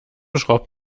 schraubt